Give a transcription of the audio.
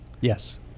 yes